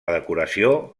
decoració